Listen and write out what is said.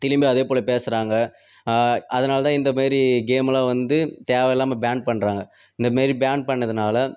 திரும்பி அதேபோல் பேசுறாங்க அதனால்தான் இந்தமாரி கேமெல்லாம் வந்து தேவையில்லாம பேன் பண்ணுறாங்க இந்தமாரி பேன் பண்ணதுனால